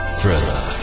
Thriller